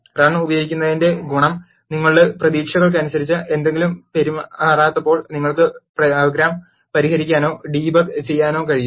run ഉപയോഗിക്കുന്നതിന്റെ ഗുണം നിങ്ങളുടെ പ്രതീക്ഷകൾക്കനുസരിച്ച് എന്തെങ്കിലും പെരുമാറാത്തപ്പോൾ നിങ്ങൾക്ക് പ്രോഗ്രാം പരിഹരിക്കാനോ ഡീബഗ് ചെയ്യാനോ കഴിയും